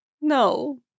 No